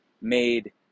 made